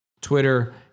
Twitter